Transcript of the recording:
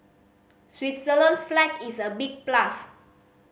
Switzerland's flag is a big plus